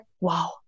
wow